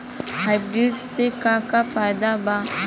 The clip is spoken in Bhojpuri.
हाइब्रिड से का का फायदा बा?